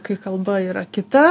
kai kalba yra kita